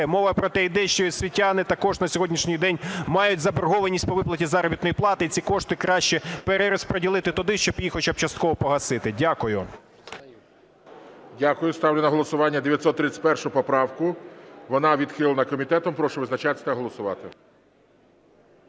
мова про те йде, що освітяни також на сьогоднішній день мають заборгованість по виплаті заробітної плати і ці кошти краще перерозподілити туди, щоб їх хоча б частково погасити. Дякую. ГОЛОВУЮЧИЙ. Дякую. Ставлю на голосування 931 поправку, вона відхилена комітетом. Прошу визначатись та голосувати.